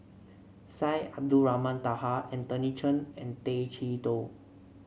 Syed Abdulrahman Taha Anthony Chen and Tay Chee Toh